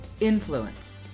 influence